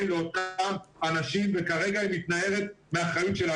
לאותם אנשים וכרגע היא מתנערת מהאחריות שלה.